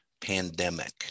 pandemic